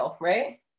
right